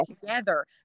together